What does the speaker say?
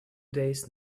days